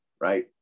Right